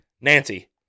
Nancy